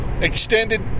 extended